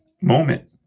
moment